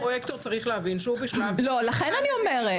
הפרויקטור צריך להבין שהוא בשלב --- לכן אני אומרת.